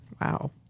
Wow